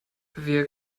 wir